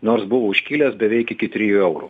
nors buvo užkilęs beveik iki trijų eurų